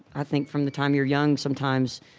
i think, from the time you're young, sometimes,